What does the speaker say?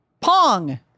Pong